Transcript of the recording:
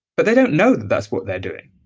but they don't know that that's what they're doing